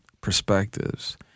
perspectives